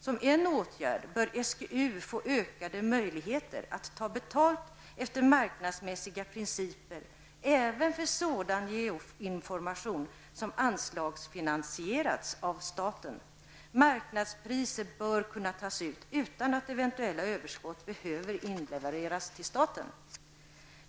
Som en åtgärd bör SGU få ökade möjligheter att ta betalt efter marknadsmässiga principer även för sådan geoinformation som anslagsfinansierats av staten. Marknadspriser bör kunna tas ut utan att eventuella överskott behöver inlevereras till staten.